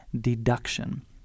deduction